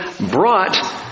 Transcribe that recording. brought